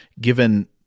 given